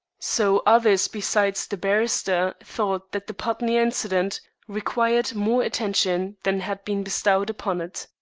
so others besides the barrister thought that the putney incident required more attention than had been bestowed upon it.